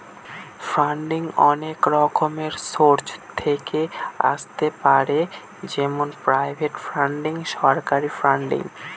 funding অনেক রকমের source থেকে আসতে পারে যেমন প্রাইভেট ফান্ডিং, সরকারি ফান্ডিং